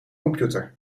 computer